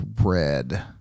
red